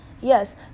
yes